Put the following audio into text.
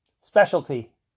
specialty